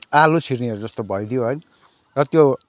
आलु छिर्नेहरू जस्तो भइदियो है र त्यो